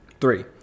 Three